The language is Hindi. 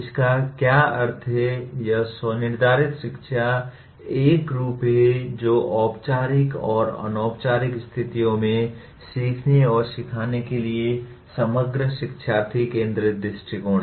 इसका क्या अर्थ है यह स्व निर्धारित शिक्षा का एक रूप है जो औपचारिक और अनौपचारिक स्थितियों में सीखने और सिखाने के लिए समग्र शिक्षार्थी केंद्रित दृष्टिकोण है